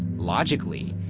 logically,